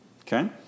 Okay